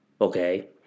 Okay